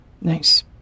Nice